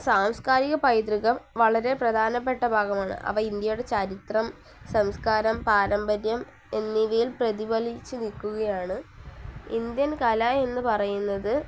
സാംസ്കാരിക പൈതൃകം വളരെ പ്രധാനപ്പെട്ട ഭാഗമാണ് അവ ഇന്ത്യയുടെ ചരിത്രം സംസ്കാരം പാരമ്പര്യം എന്നിവയിൽ പ്രതിഫലിച്ചു നിൽക്കുകയാണ് ഇന്ത്യൻ കല എന്നു പറയുന്നത്